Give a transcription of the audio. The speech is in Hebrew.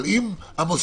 אבל אם המוסד,